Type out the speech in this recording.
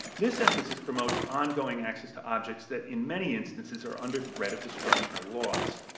this emphasis promotes ongoing access to objects that in many instances are under threat of destruction or loss.